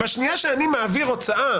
בשנייה שאני מעביר הוצאה,